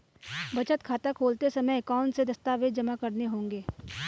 बचत खाता खोलते समय कौनसे दस्तावेज़ जमा करने होंगे?